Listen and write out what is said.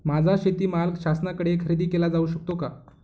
माझा शेतीमाल शासनाकडे खरेदी केला जाऊ शकतो का?